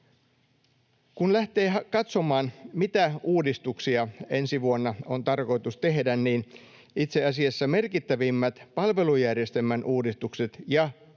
Kun lähtee katsomaan, mitä uudistuksia ensi vuonna on tarkoitus tehdä, niin itse asiassa merkittävimmät palvelujärjestelmän uudistukset — ja koska